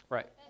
Right